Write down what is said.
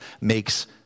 makes